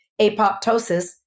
apoptosis